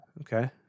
Okay